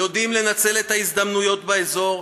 ויודעים לנצל את ההזדמנויות באזור,